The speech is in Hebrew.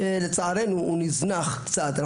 שלצערנו הוא נזנח קצת.